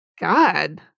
God